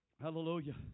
hallelujah